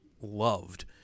loved